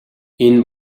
энэ